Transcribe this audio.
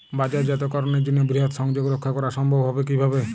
বাজারজাতকরণের জন্য বৃহৎ সংযোগ রক্ষা করা সম্ভব হবে কিভাবে?